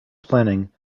planning